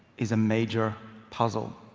is a major puzzle.